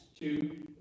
two